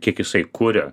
kiek jisai kuria